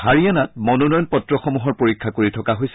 হাৰিয়ানাত মনোনয়ন পত্ৰসমূহৰ পৰীক্ষা কৰি থকা হৈছে